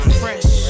fresh